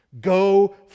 go